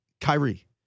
Kyrie